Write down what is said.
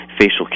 facial